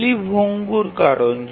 এগুলি তুচ্ছ কারণ